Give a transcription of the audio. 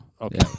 Okay